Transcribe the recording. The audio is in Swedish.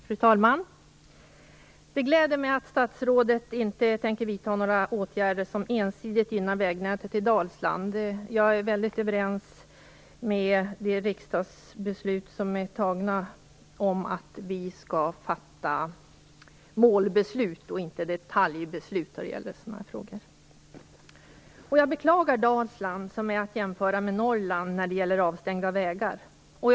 Fru talman! Det gläder mig att statsrådet inte tänker vidta några åtgärder som ensidigt gynnar vägnätet i Dalsland. Jag är helt införstådd med de riksdagsbeslut som innebär att vi skall fatta målbeslut och inte detaljbeslut i sådana här frågor. Jag beklagar Dalslands situation när det gäller avstängda vägar, som kan jämföras med motsvarande situation i Norrland.